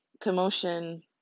commotion